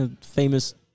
famous